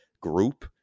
group